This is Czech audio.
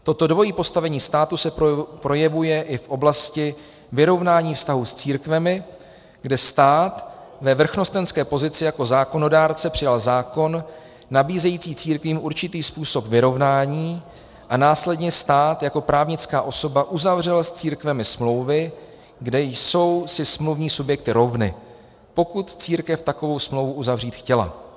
Toto dvojí postavení státu se projevuje i v oblasti vyrovnání vztahu s církvemi, kde stát ve vrchnostenské pozici jako zákonodárce přijal zákon nabízející církvím určitý způsob vyrovnání a následně stát jako právnická osoba uzavřel s církvemi smlouvy, kde si jsou smluvní subjekty rovny, pokud církev takovou smlouvu uzavřít chtěla.